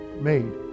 made